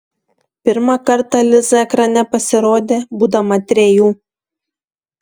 pirmą kartą liza ekrane pasirodė būdama trejų